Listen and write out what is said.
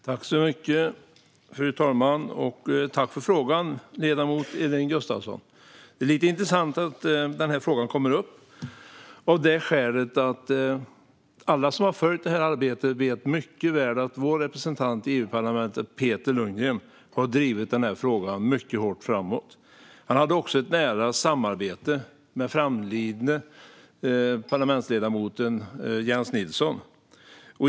Fru talman! Jag vill tacka ledamoten Elin Gustafsson för frågan. Det är lite intressant att frågan kommer upp. Alla som har följt arbetet vet mycket väl att vår representant i Europaparlamentet, Peter Lundgren, har drivit frågan mycket hårt. Han hade också ett nära samarbete med framlidne parlamentsledamoten Jens Nilsson.